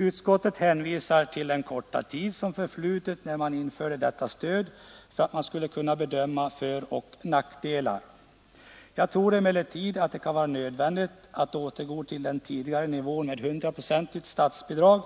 Utskottet hänvisar till den korta tid som förflutit sedan detta stöd infördes och anser att man ännu inte kan bedöma föroch nackdelar. Jag tror emellertid att det kan vara nödvändigt att återgå till den tidigare nivån med 100 procents statsbidrag